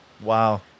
Wow